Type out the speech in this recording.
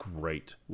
great